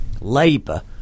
Labour